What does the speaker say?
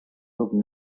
love